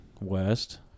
West